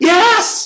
Yes